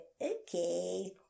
okay